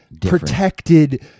protected